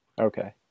Okay